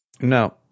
No